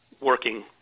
working